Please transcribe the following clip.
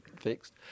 fixed